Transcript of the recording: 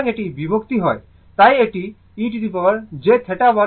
সুতরাং এটি বিভক্ত হয় তাই এটি e jθ1 θ2